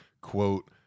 quote